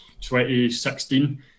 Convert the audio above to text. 2016